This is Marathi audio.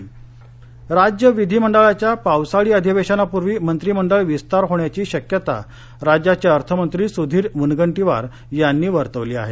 मंत्रिमंडळ विस्तार राज्य विधीमंडळाच्या पावसाळी अधिवेशनापूर्वी मंत्रिमंडळ विस्तार होण्याची शक्यता राज्याचे अर्थमंत्री सुधीर मुनगंटीवार यांनी वर्तवली आहे